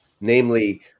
namely